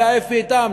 היה אפי איתם,